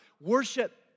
Worship